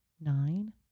nine